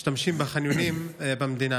משתמשים בחניונים במדינה.